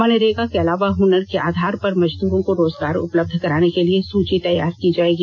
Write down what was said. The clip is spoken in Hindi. मनरेगा के अलावा हुनर के आधार पर मजदूरो को रोजगार उपलब्ध कराने के लिए सूची तैयार की जाएगी